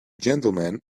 gentlemen